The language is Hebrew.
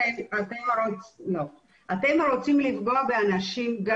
אתם רוצים לפגוע באנשים.